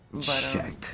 Check